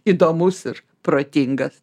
įdomus ir protingas